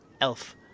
Elf